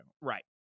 Right